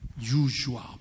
Usual